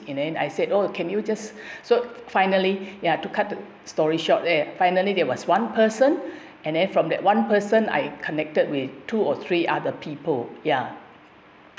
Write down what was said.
and then I said oh can you just so finally ya to cut a long story short eh finally there was one person and then from that one person I connected with two or three other people ya